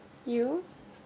you